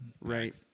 right